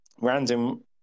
Random